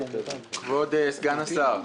כבוד סגן השר,